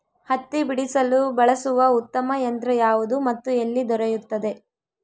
ಹತ್ತಿ ಬಿಡಿಸಲು ಬಳಸುವ ಉತ್ತಮ ಯಂತ್ರ ಯಾವುದು ಮತ್ತು ಎಲ್ಲಿ ದೊರೆಯುತ್ತದೆ?